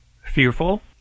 Fearful